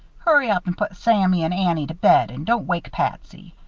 hurry up and put sammy and annie to bed and don't wake patsy.